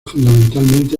fundamentalmente